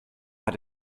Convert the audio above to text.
hat